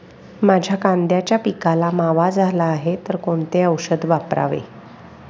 माझ्या कांद्याच्या पिकाला मावा झाला आहे तर कोणते औषध वापरावे?